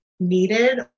needed